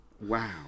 wow